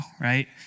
right